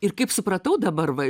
ir kaip supratau dabar va